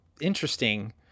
interesting